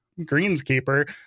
greenskeeper